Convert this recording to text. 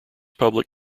public